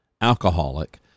alcoholic